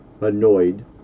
annoyed